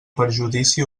perjudici